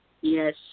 Yes